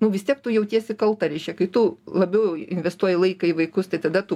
nu vis tiek tu jautiesi kalta reiškia kai tu labiau investuoji laiką į vaikus tai tada tu